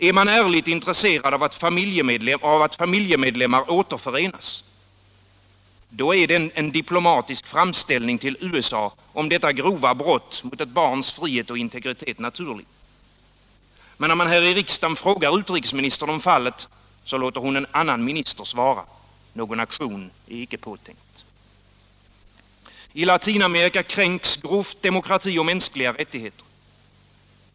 Är man ärligt intresserad av att familjemedlemmar återförenas — då är en diplomatisk framställning till USA om detta grova brott mot ett barns frihet och integritet naturlig. Men när man frågar utrikesministern om fallet låter hon en annan minister svara. Någon aktion är inte påtänkt. I Latinamerika kränks grovt demokrati och mänskliga rättigheter.